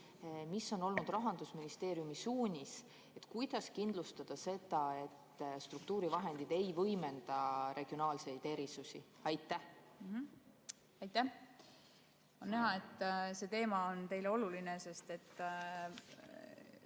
Mis on olnud Rahandusministeeriumi suunis, kuidas kindlustada seda, et struktuurivahendid ei võimenda regionaalseid erisusi? Aitäh! On näha, et see teema on teile oluline, sest